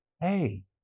Hey